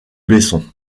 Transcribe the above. besson